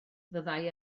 fyddai